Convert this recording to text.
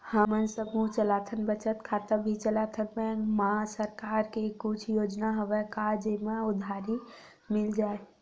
हमन समूह चलाथन बचत खाता भी चलाथन बैंक मा सरकार के कुछ योजना हवय का जेमा उधारी मिल जाय?